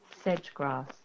sedge-grass